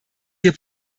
wir